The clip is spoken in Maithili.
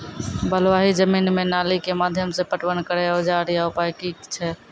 बलूआही जमीन मे नाली के माध्यम से पटवन करै औजार या उपाय की छै?